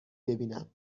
ببینم